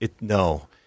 No